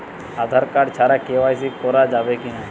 Aadhaar card ছাড়া KYC করা যাবে কি না?